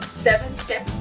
seventh step,